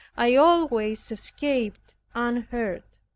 i always escaped unhurt.